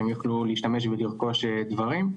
שהם יוכלו להשתמש ולרכוש דברים,